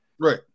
Right